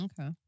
Okay